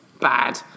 bad